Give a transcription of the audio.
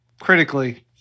critically